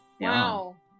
wow